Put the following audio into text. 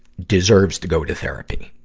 deserves to go to therapy.